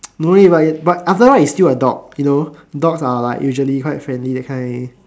no but but after all it's still a dog you know dogs are like usually quite friendly that kind